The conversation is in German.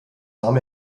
nahm